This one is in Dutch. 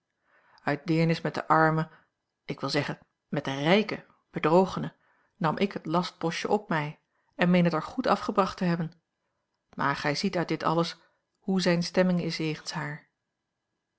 uit deernis met de arme ik wil zeggen met de rijke bedrogene nam ik het lastpostje op mij en meen het er goed afgebracht te hebben maar gij ziet uit dit alles hoe zijne stemming is jegens haar